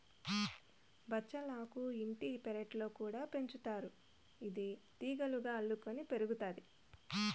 బచ్చలాకు ఇంటి పెరట్లో కూడా పెంచుతారు, ఇది తీగలుగా అల్లుకొని పెరుగుతాది